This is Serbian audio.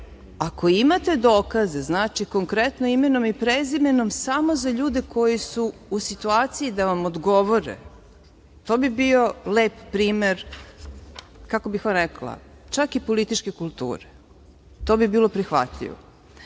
Ako imate dokaze, znači konkretno imenom i prezimenom samo za ljude koji su u situaciji da vam odgovore, to bi bio lep primer, kako bih vam rekla, čak i političke kulture. To bi bilo prihvatljivo. Kada